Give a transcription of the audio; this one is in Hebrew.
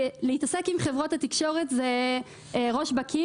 להתעסק עם חברות התקשורת זה ראש בקיר.